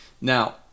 Now